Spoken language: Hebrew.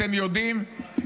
אתם יודעים,